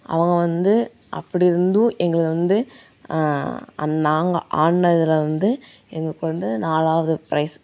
அவங்க வந்து அப்படி இருந்தும் எங்களை வந்து நாங்கள் ஆடினதுல வந்து எங்களுக்கு வந்து நாலாவது ப்ரைஸ்